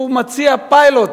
הוא מציע פיילוט,